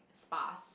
sparse